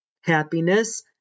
Happiness